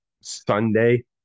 Sunday